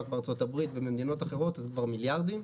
בארה"ב ובמדינות אחרות אז זה כבר מיליארדים,